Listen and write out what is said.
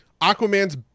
Aquaman's